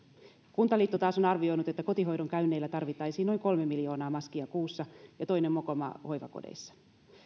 kuntaliitto taas on arvioinut että kotihoidon käynneillä tarvittaisiin noin kolme miljoonaa maskia kuussa ja toinen mokoma hoivakodeissa